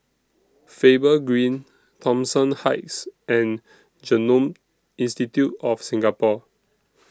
Faber Green Thomson Heights and Genome Institute of Singapore